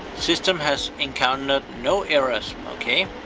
system has encountered no errors. okay.